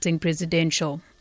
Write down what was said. Presidential